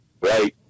Right